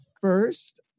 first